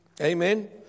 Amen